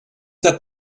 that